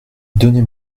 donnez